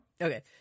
Okay